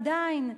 עדיין,